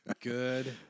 Good